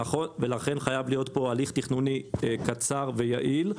ולכן חייב להיות פה הליך תכנוני קצר ויעיל.